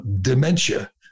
dementia